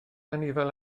anifail